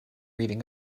reading